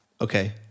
okay